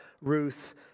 Ruth